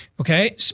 Okay